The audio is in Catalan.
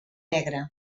negre